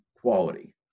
quality